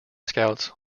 scouts